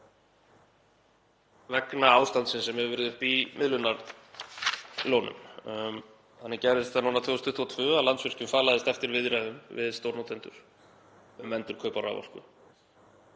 vegna ástandsins sem hefur verið upp í miðlunarlónum. Þannig gerðist það núna 2022 að Landsvirkjun falaðist eftir viðræðum við stórnotendur um endurkaup á raforku.